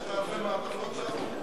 יש לך הרבה מעטפות שם?